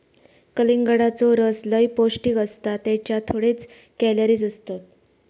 कलिंगडाचो रस लय पौंष्टिक असता त्येच्यात थोडेच कॅलरीज असतत